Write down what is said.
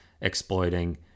exploiting